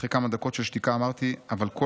אחרי כמה דקות של שתיקה אמרתי: 'אבל כל